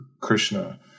Krishna